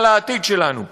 על העתיד שלנו.